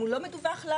אם הוא לא מדווח לנו,